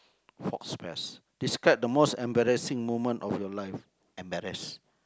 faux-pas describe the most embarrassing moment of your life embarrass